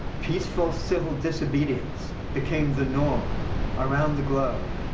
peaceful civil disobedience became the norm around the globe.